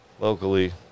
Locally